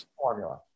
formula